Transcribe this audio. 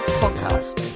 podcast